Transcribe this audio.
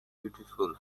beautiful